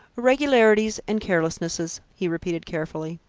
irregularities and carelessnesses, he repeated carefully.